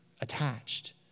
attached